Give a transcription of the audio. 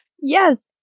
Yes